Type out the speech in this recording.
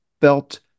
felt